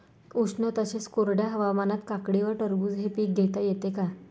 उष्ण तसेच कोरड्या हवामानात काकडी व टरबूज हे पीक घेता येते का?